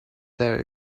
there